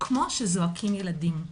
'כמו שזועקים ילדים'.